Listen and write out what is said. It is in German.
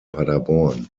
paderborn